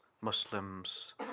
Muslims